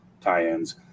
tie-ins